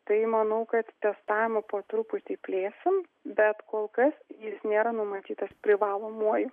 tai manau kad testavimą po truputį plėsime bet kol kas jis nėra numatytas privalomuoju